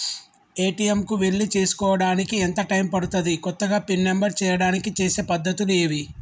ATM కు వెళ్లి చేసుకోవడానికి ఎంత టైం పడుతది? కొత్తగా పిన్ నంబర్ చేయడానికి చేసే పద్ధతులు ఏవి?